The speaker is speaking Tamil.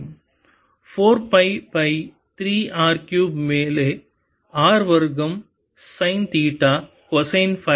4 பை பை 3 R க்யூப் மேல் r வர்க்கம் சைன் தீட்டா கொசைன் சை